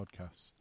podcasts